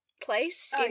place